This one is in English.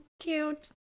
Cute